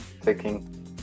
taking